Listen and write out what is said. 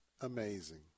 amazing